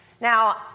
Now